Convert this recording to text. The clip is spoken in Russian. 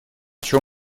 чем